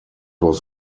was